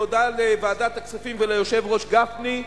תודה לוועדת הכספים וליושב-ראש גפני,